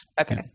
Okay